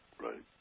right